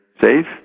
safe